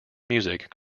music